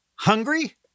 Hungry